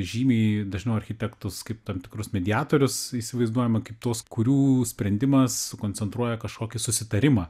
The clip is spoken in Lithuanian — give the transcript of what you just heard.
žymiai dažniau architektus kaip tam tikrus mediatorius įsivaizduojame kaip tuos kurių sprendimas sukoncentruoja kažkokį susitarimą